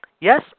Yes